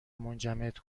منجمد